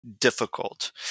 difficult